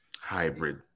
hybrid